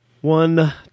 one